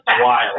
wild